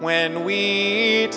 when we